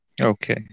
Okay